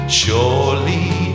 surely